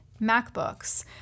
MacBooks